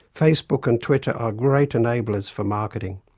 facebook and twitter are great enablers for marketing.